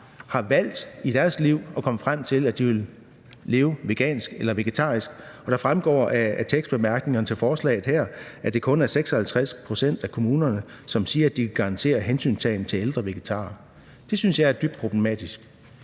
og som i deres liv har valgt, at de vil leve vegansk eller vegetarisk. Det fremgår af bemærkningerne til forslaget her, at det kun er 56 pct. af kommunerne, som siger, at de vil garantere at tage hensyn til ældre vegetarer. Det synes jeg er dybt problematisk.